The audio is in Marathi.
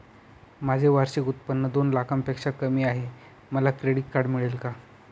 माझे वार्षिक उत्त्पन्न दोन लाखांपेक्षा कमी आहे, मला क्रेडिट कार्ड मिळेल का?